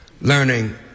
learning